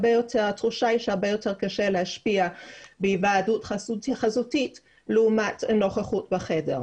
התחושה היא שהרבה יותר קשה להשפיע בהיוועדות חזותית לעומת נוכחות בחדר.